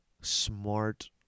smart